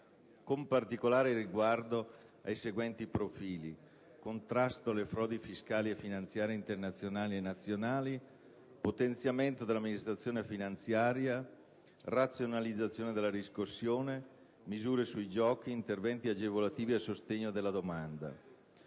con particolare riguardo ai seguenti profili: contrasto alle frodi fiscali e finanziarie internazionali e nazionali, potenziamento dell'amministrazione finanziaria, razionalizzazione della riscossione, misure sui giochi e interventi agevolativi a sostegno della domanda.